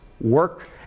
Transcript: work